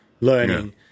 learning